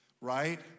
right